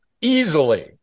easily